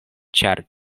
ĉar